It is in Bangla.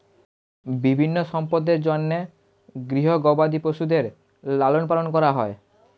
বিভিন্ন সম্পদের জন্যে গৃহস্থ গবাদি পশুদের লালন পালন করা হয়